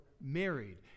married